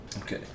Okay